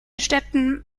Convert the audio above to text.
städten